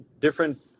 different